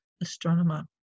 astronomer